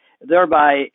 thereby